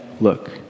look